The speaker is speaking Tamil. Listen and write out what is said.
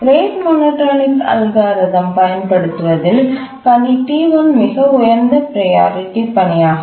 ரேட் மோனோடோனிக் அல்காரிதம் பயன்படுத்துவதில் பணி T1 மிக உயர்ந்த ப்ரையாரிட்டி பணியாகும்